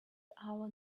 hour